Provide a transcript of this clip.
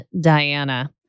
Diana